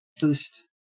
boost